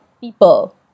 people